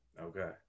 Okay